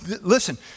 Listen